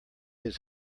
his